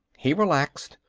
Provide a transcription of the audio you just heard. he relaxed,